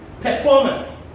performance